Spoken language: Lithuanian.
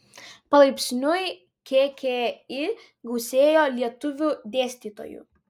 palaipsniui kki gausėjo lietuvių dėstytojų